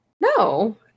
No